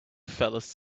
fellas